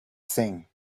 thing